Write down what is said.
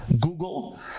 Google